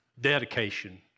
dedication